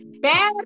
bad